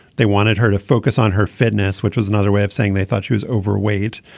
they wanted her to focus on her fitness which was another way of saying they thought she was overweight.